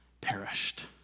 perished